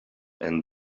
and